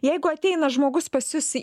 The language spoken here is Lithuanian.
jeigu ateina žmogus pas jus į